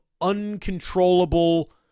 uncontrollable